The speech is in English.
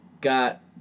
got